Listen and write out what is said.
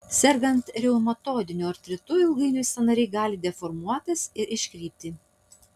sergant reumatoidiniu artritu ilgainiui sąnariai gali deformuotis ir iškrypti